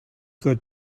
good